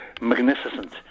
magnificent